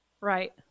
Right